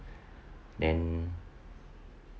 then